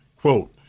quote